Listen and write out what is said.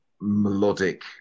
melodic